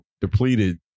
depleted